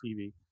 TV